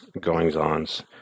goings-ons